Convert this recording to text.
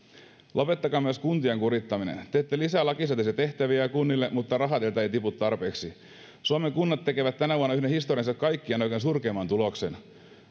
lopettakaa myös kuntien kurittaminen teette lisää lakisääteisiä tehtäviä kunnille mutta rahaa teiltä ei tipu tarpeeksi suomen kunnat tekevät tänä vuonna yhden historiansa kaikkien aikojen surkeimmista tuloksista